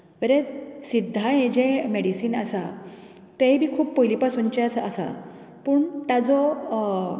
whereas सिद्धा हें जें मेडिसीन आसा तेंय बी खूब पयली पसूनचे आसा पूण ताजो